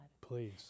Please